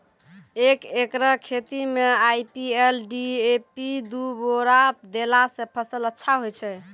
एक एकरऽ खेती मे आई.पी.एल डी.ए.पी दु बोरा देला से फ़सल अच्छा होय छै?